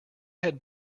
had